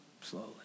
slowly